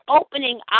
opening